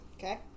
Okay